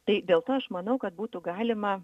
tai dėl to aš manau kad būtų galima